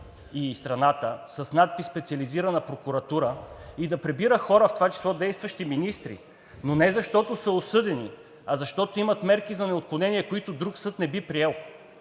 и страната с надпис „Специализирана прокуратура“ и да прибира хора, в това число действащи министри, но не защото са осъдени, а защото имат мерки за неотклонение, които друг съд не би приел.